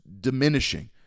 diminishing